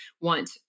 want